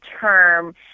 term